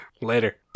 Later